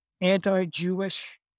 anti-Jewish